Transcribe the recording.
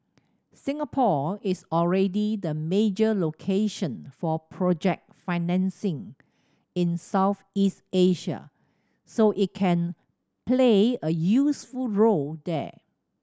Singapore is already the major location for project financing in Southeast Asia so it can play a useful role there